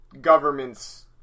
government's